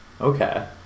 Okay